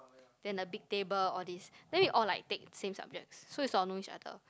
then the big table all these then we all like take same subjects so we sort of know each other